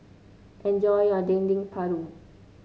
enjoy your Dendeng Paru